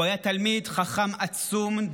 הוא היה תלמיד חכם עצום,